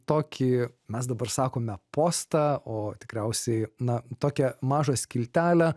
tokį mes dabar sakome postą o tikriausiai na tokią mažą skiltelę